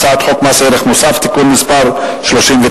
חוק מס ערך מוסף (תיקון מס' 39),